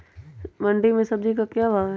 मंडी में सब्जी का क्या भाव हैँ?